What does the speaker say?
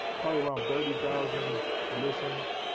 probably around thirty thousand listeners,